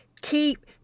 keep